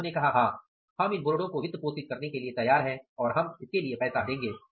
तो उन्होंने कहा हां हम इन बोर्डों को वित्तपोषित करने के लिए तैयार हैं और उन्हें पैसा देंगे